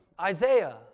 Isaiah